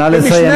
נא לסיים, אדוני.